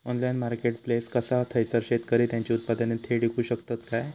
Online marketplace असा थयसर शेतकरी त्यांची उत्पादने थेट इकू शकतत काय?